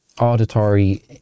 auditory